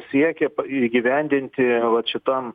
siekia įgyvendinti vat šitam